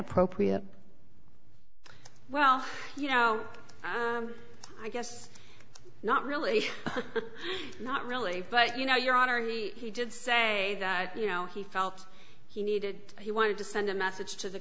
appropriate well you know i guess not really not really but you know your honor he did say that you know he felt he needed he wanted to send a message to the